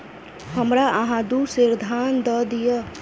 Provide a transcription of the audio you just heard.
हमरा अहाँ दू सेर धान दअ दिअ